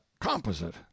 composite